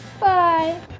Bye